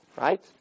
Right